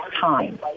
time